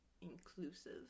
inclusive